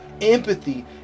Empathy